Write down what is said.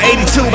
82